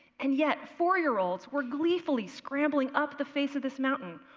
and, yet, four-year-olds were gleefully scrambling up the face of this mountain,